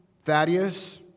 Thaddeus